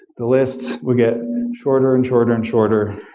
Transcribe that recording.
the lists will get shorter and shorter and shorter.